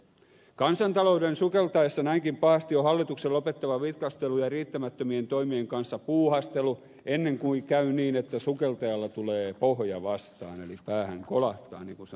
kansantalouden sukeltaessa näinkin pahasti on hallituksen lopetettava vitkastelu ja riittämättömien toimien kanssa puuhastelu ennen kuin käy niin että sukeltajalla tulee pohja vastaan eli päähän kolahtaa niin kuin sanotaan